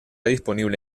disponible